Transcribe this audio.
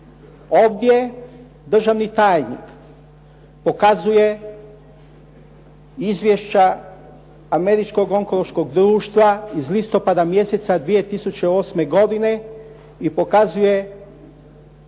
Ovdje državni tajnik pokazuje izvješća Američkog onkološkog društva iz listopada mjeseca 2008. godine i pokazuje mislim